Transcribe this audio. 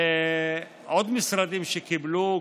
ועוד משרדים קיבלו,